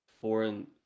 foreign